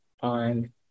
on